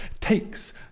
takes